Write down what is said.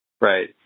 right